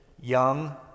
young